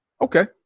Okay